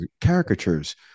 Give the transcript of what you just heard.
caricatures